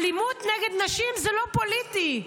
אלימות נגד נשים זה לא פוליטי.